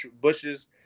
bushes